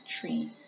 tree